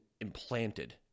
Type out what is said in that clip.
implanted